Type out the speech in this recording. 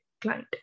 client